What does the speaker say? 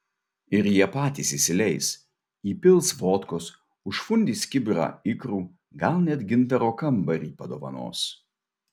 ir jie patys įsileis įpils vodkos užfundys kibirą ikrų gal net gintaro kambarį padovanos